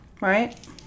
right